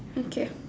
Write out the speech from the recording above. okay